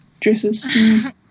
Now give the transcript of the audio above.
dresses